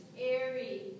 airy